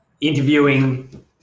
interviewing